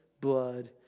blood